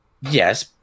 Yes